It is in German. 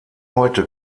heute